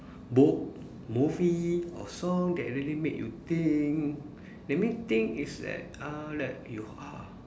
book movie or song that really made you think let me think it's that uh like you ah